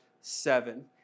seven